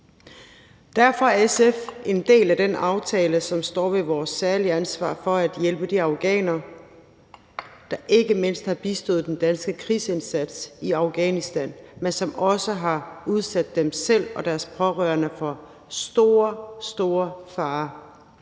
Derfor er SF en del af den aftale, som står ved vores særlige ansvar for at hjælpe de afghanere, der ikke mindst har bistået den danske krigsindsats i Afghanistan, men som også har udsat sig selv og deres pårørende for store, store farer.